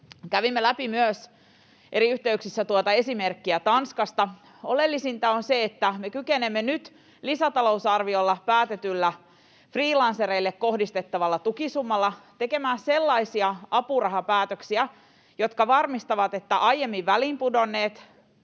kävimme läpi myös eri yhteyksissä tuota esimerkkiä Tanskasta. Oleellisinta on se, että me kykenemme nyt lisätalousarviolla päätetyllä freelancereille kohdistettavalla tukisummalla tekemään sellaisia apurahapäätöksiä, jotka varmistavat, että aiemmin väliin pudonneet